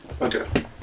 Okay